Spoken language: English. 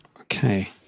okay